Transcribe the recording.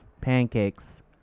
pancakes